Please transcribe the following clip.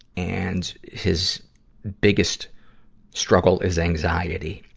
and his biggest struggle is anxiety.